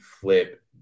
flip